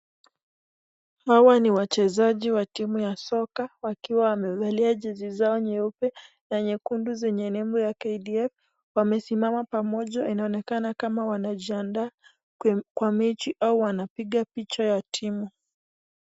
Hawa ni wachezaji wa timu ya soka wakiwa wamevalia jezi zao nyeupe na nyekundu zenye nembo ya KDF wamesimama pamoja, inaonekana kama wanajiadaa kwa mechi au wanapiga picha ya timu.